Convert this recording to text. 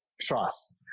trust